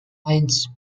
eins